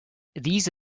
these